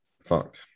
fuck